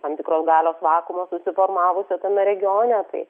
tam tikros galios vakuumo susiformavusio tame regione tai